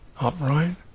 upright